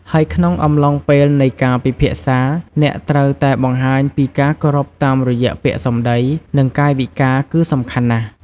ហើយក្នុងអំឡុងពេលនៃការពិភាក្សា អ្នកត្រូវតែបង្ហាញពីការគោរពតាមរយៈពាក្យសម្ដី និងកាយវិការគឺសំខាន់ណាស់។